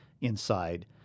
inside